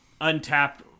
Untapped